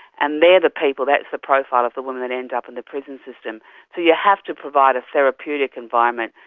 and they're the people, that's the profile of the women that end up in the prison system. so you have to provide a therapeutic environment,